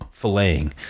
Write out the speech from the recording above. filleting